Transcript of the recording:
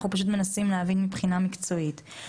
אנחנו פשוט מנסים להבין מבחינה מקצועית.